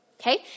Okay